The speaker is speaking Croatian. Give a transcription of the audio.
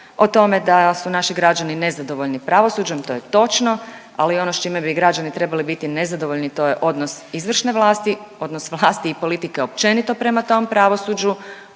o tome da su naši građani nezadovoljni pravosuđem, to je točno, ali ono s čime bi građani trebali biti nezadovoljni, to je odnos izvršne vlasti, odnosno vlasti i politike općenito prema tom pravosuđu,